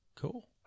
Cool